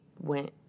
went